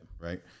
Right